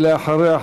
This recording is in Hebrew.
ולאחריה,